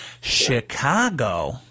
Chicago